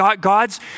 God's